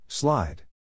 Slide